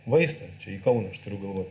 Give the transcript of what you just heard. vaistą čia į kauną aš turiu galvoj